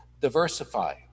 diversify